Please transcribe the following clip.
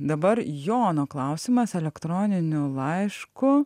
dabar jono klausimas elektroniniu laišku